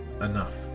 enough